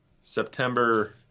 September